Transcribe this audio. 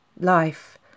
Life